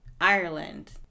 Ireland